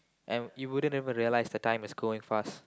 and you wouldn't realise the time is going fast